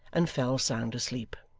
and fell sound asleep.